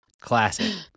classic